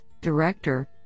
director